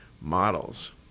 models